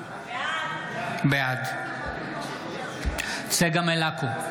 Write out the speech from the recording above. בעד צגה מלקו,